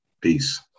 peace